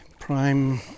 prime